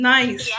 Nice